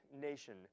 nation